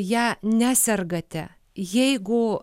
ją nesergate jeigu